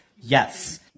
yes